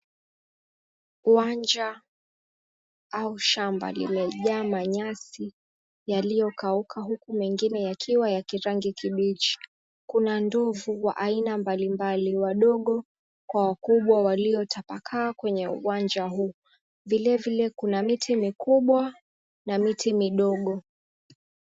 Uwanja au shamba limejaa manyasi yaliokauka huku mengine yakiwa ya kirangi kibichi. Kuna ndovu wa aina mbalimbali, wadogo kwa wakubwa, waliotapakaa kwenye uwanja huu. Vilevile, kuna miti mikubwa na miti midogo.